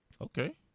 Okay